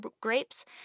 grapes